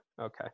okay